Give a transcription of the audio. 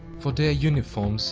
for their uniform, so